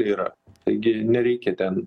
yra taigi nereikia ten